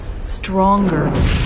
stronger